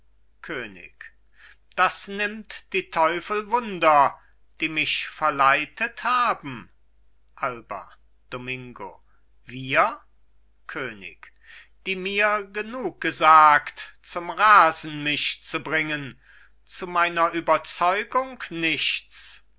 könig das nimmt die teufel wunder die mich verleitet haben domingo wir könig die mir genug gesagt zum rasen mich zu bringen zu meiner überzeugung nichts